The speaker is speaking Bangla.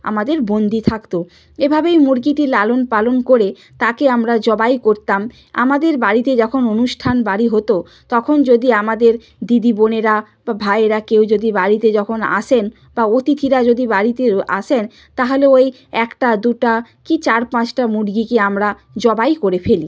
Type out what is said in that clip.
আমাদের বন্দি থাকতো এভাবেই মুরগিটি লালন পালন করে তাকে আমরা জবাই করতাম আমাদের বাড়িতে যখন অনুষ্ঠান বাড়ি হতো তখন যদি আমাদের দিদি বোনেরা বা ভাইয়েরা কেউ যদি বাড়িতে যখন আসেন বা অতিথিরা যদি বাড়িতে আসেন তাহালেও ওই একটা দুটা কি চার পাঁচটা মুরগিকে আমরা জবাই করে ফেলি